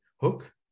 Hook